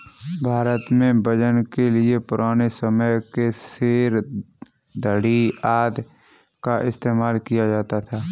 भारत में वजन के लिए पुराने समय के सेर, धडी़ आदि का इस्तेमाल किया जाता था